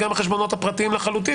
וגם החשבונות הפרטיים לחלוטין,